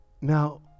Now